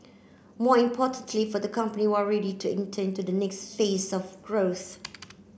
more importantly for the company we are ready to enter into the next phase of growth